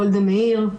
גולדה מאיר,